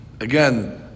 again